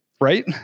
right